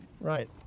right